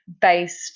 based